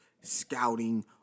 scouting